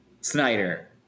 Snyder